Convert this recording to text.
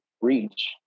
reach